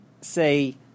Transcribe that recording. say